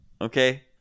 okay